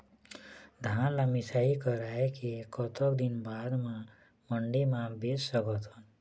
धान ला मिसाई कराए के कतक दिन बाद मा मंडी मा बेच सकथन?